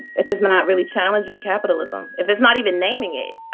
if it's not really challenging capitalism. if it's not even naming it.